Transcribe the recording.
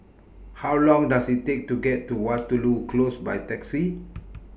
How Long Does IT Take to get to Waterloo Close By Taxi